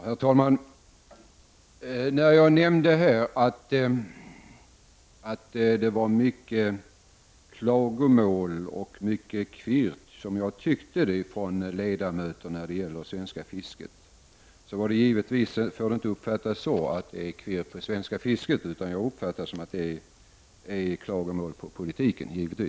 Herr talman! När jag nämnde att det var mycket klagomål och kvirr från ledamöter när det gäller det svenska fisket, skall det givetvis inte uppfattas så att kvirret avsåg själva fisket. Jag uppfattade att klagomålen gällde politiken.